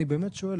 אני באמת שואל,